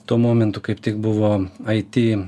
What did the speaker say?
tuo momentu kaip tik buvo it